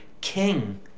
king